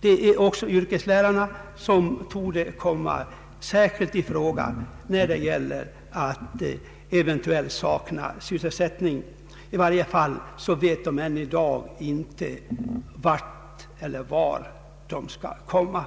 Det är också yrkeslärarna som särskilt torde komma att drabbas av friställning. I varje fall vet de i dag inte vad de skall syssla med eller vart de skall komma.